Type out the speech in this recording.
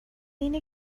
اینه